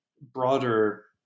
broader